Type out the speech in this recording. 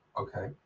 Okay